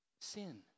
Sin